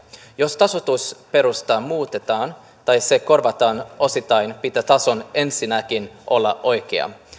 jos tasoitusperustetta muutetaan tai se korvataan osittain pitää tason ensinnäkin olla oikea